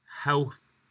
health